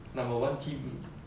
number one team